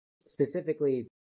specifically